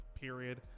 period